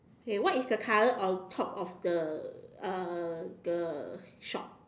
okay what is the color on top of the uh the shop